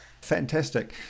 Fantastic